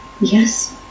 yes